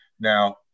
Now